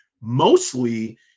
mostly